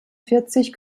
vierzig